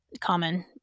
common